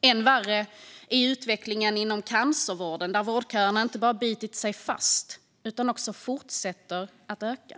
Än värre är utvecklingen inom cancervården, där vårdköerna inte bara bitit sig fast utan också fortsätter att öka.